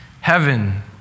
Heaven